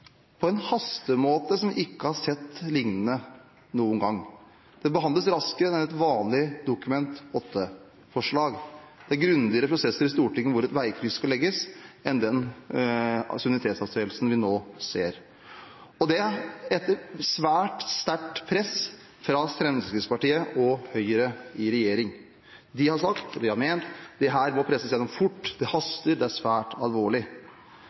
på en hastemåte som vi ikke har sett maken til noen gang. Saken behandles raskere enn et vanlig Dokument 8-forslag. Det er grundigere prosesser i Stortinget om hvor et veikryss skal legges, enn om den suverenitetsavståelsen vi nå ser – og det etter svært sterkt press fra Fremskrittspartiet og Høyre i regjering. De har sagt og de har ment at dette må presses igjennom fort – det haster, det er svært alvorlig.